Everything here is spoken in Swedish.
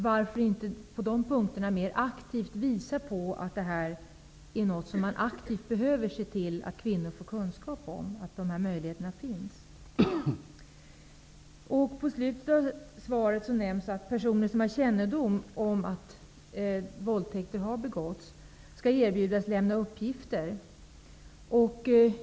Varför inte på de punkterna mer aktivt visa att det är nödvändigt att se till att kvinnor får kunskap om att de här möjligheterna finns? I slutet av svaret nämns att personer som har kännedom om att våldtäkter har begåtts skall erbjudas att lämna uppgifter.